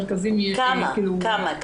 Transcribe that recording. כמה?